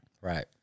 Right